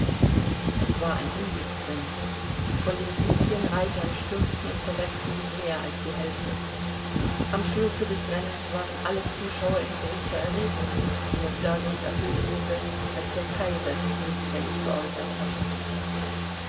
es war ein unglücksrennen von den siebzehn reitern stürzten und verletzten sich mehr als die hälfte am schlusse des rennens waren alle zuschauer in großer erregung die noch dadurch erhöht wurde daß der kaiser sich mißfällig geäußert hatte